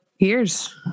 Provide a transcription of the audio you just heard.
years